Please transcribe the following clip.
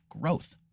growth